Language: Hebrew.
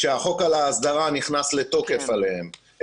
כשהחוק על ההסדרה נכנס לתוקף עליהם,